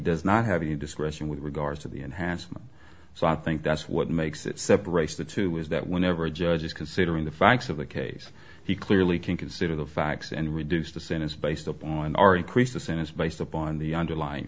does not have any discretion with regard to the enhancement so i think that's what makes it separates the two is that whenever a judge is considering the facts of a case he clearly can consider the facts and reduce the sentence based upon our increase the sentence based upon the underlying